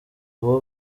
uwo